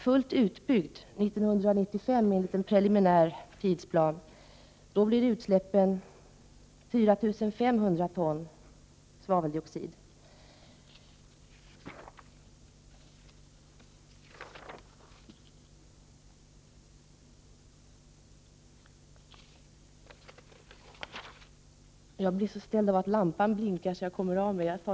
Fullt utbyggd 1995, enligt en preliminär tidsplan, blir utsläppen 4 500 ton svaveldioxid per år.